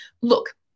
look